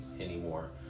anymore